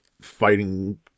fighting